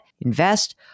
invest